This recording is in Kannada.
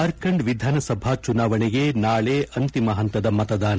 ಜಾರ್ಖಂಡ್ ವಿಧಾನಸಭಾ ಚುನಾವಣೆಗೆ ನಾಳೆ ಅಂತಿಮ ಹಂತದ ಮತದಾನ